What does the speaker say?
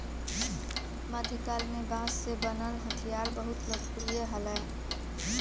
मध्यकाल में बांस से बनल हथियार बहुत लोकप्रिय हलय